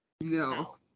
No